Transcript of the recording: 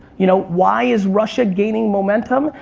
you know, why is russia gaining momentum?